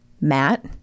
Matt